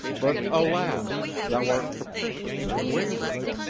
but, alas! thou art capricious and wayward.